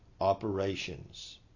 operations